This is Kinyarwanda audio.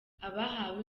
abahawe